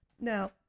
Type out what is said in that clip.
Now